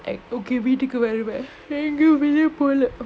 like okay வீட்டுக்கு வருவ நா எங்கயு வெளிய போல:veetuku varuva na engayu veliya pola